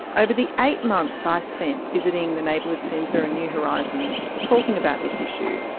over the eight months i spent visiting the neighbourhood centre and new horizons talking about this issue,